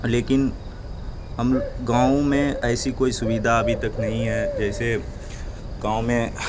لیکن ہم گاؤں میں ایسی کوئی سویدھا ابھی تک نہیں ہے جیسے گاؤں میں